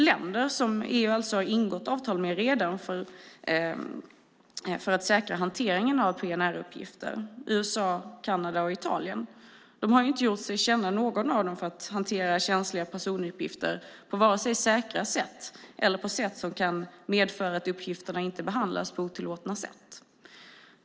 Länder som EU, som sagt, redan har ingått avtal med för att säkra hanteringen av PNR-uppgifter är USA, Kanada och Australien. Inte något av dessa länder har gjort sig känt för att hantera känsliga personuppgifter vare sig på ett säkert sätt eller på ett sådant sätt att uppgifterna inte behandlas på otillåtet vis.